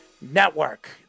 Network